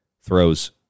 throws